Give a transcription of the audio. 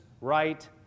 right